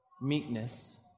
meekness